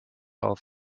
off